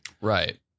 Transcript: right